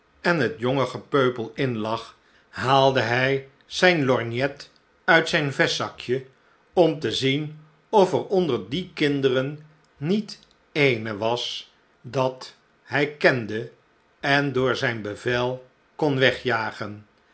en het jonge gepeupel in lag haalde hij zijn lorgnet uit zijn vestzakje om te zien of er onder die kinderen niet een was dat hij kende en door zijn bevel kon wegjagen